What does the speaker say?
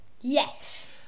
Yes